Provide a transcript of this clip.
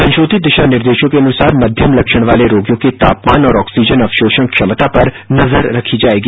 संशोधित दिशानिर्देशों के अनुसार मध्यम लक्षण वाले रोगियों के तापमान और ऑक्सीजन अवशोषण क्षमता पर नजर रखी जाएगी